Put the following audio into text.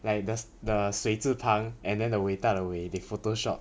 like the the 水字旁 and then the 伟大的伟 they photoshop